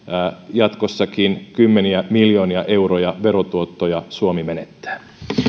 jatkossakin kymmeniä miljoonia euroja verotuottoja suomi menettää